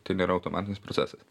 tai nėra automatinis procesas